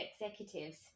executives